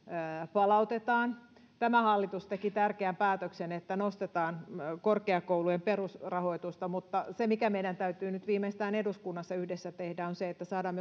palautetaan tämä hallitus teki tärkeän päätöksen että nostetaan korkeakoulujen perusrahoitusta mutta se mikä meidän täytyy nyt viimeistään eduskunnassa yhdessä tehdä on se että saadaan